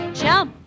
jump